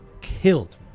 killed